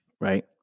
right